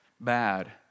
bad